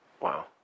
Wow